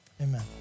amen